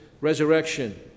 resurrection